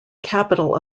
capital